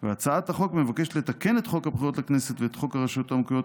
הצעת החוק מבקשת לתקן את חוק הבחירות לכנסת ואת חוק הרשויות המקומיות